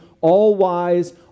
all-wise